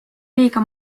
liiga